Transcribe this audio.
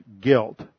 guilt